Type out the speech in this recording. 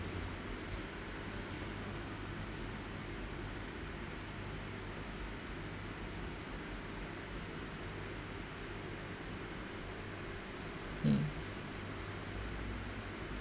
hmm